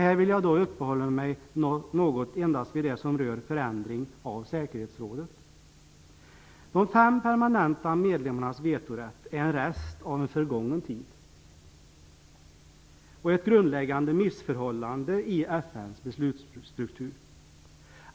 Här vill jag endast uppehålla mig något vid det som rör en förändring av säkerhetsrådet. De fem permanenta medlemmarnas vetorätt är en rest av en förgången tid och ett grundläggande missförhållande i FN:s beslutsstruktur.